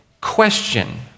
question